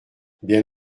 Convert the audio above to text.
bien